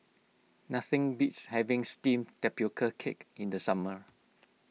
nothing beats having Steamed Tapioca Cake in the summer